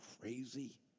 crazy